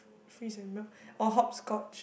freeze and melt or hopscotch